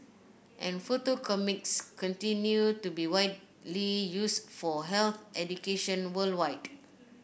and photo comics continue to be widely used for health education worldwide